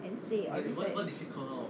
and say oh is like